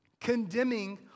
condemning